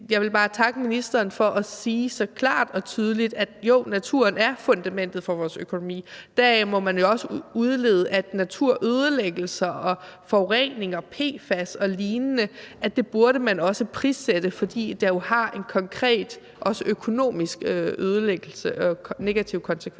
jeg vil bare takke ministeren for at sige så klart og tydeligt: Jo, naturen er fundamentet for vores økonomi. Deraf må man jo også udlede, at naturødelæggelser, forurening, PFAS og lignende burde man også prissætte, fordi det har konkrete negative konsekvenser